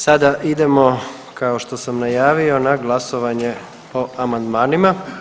Sada idemo, kao što sam najavio, na glasovanje o amandmanima.